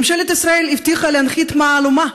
ממשלת ישראל הבטיחה להנחית מהלומה,